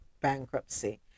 bankruptcy